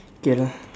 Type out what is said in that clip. okay lah